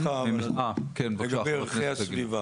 לא, סליחה, לגבי ערכי הסביבה